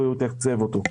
יתקצב אותו.